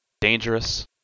dangerous